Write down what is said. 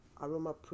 aroma